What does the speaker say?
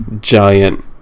giant